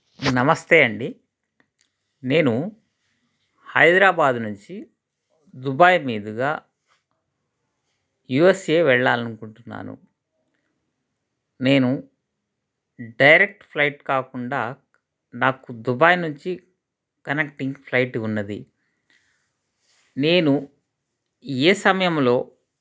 నమస్తే అండి నేను హైదరాబాదు నుంచి దుబాయ్ మీదుగా యూ ఎస్ ఏ వెళ్ళాలి అనుకుంటున్నాను నేను డైరెక్ట్ ఫ్లైట్ కాకుండా నాకు దుబాయ్ నుంచి కనెక్టింగ్ ఫ్లైట్ ఉన్నది నేను ఏ సమయములో